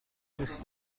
دوست